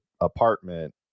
apartment